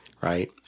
right